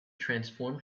transform